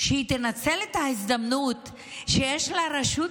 שהיא תנצל את ההזדמנות שיש לה רשות